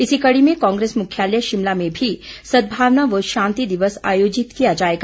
इसी कड़ी में कांग्रेस मुख्यालय शिमला में भी सदभावना व शांति दिवस आयोजित किया जाएगा